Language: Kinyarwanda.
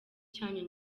cyanyu